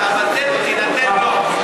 אהדתנו ואהבתנו תינתן לו.